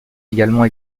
également